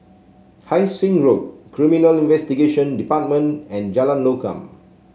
Hai Sing Road Criminal Investigation Department and Jalan Lokam